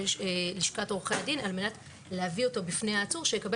ידי לשכת עורכי הדין על מנת להביא אותה בפני העצור שיקבל